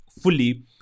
fully